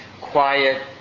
quiet